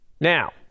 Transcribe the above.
Now